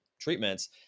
treatments